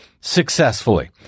successfully